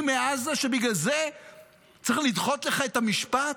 מעזה שבגלל זה צריך לדחות לך את המשפט?